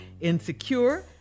Insecure